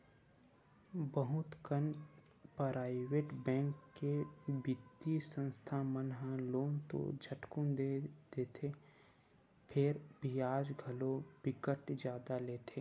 बहुत कन private bank के बित्तीय संस्था मन ह लोन तो झटकुन दे देथे फेर बियाज घलो बिकट जादा लेथे